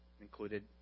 included